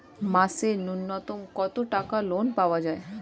মাসে নূন্যতম কত টাকা ঋণ পাওয়া য়ায়?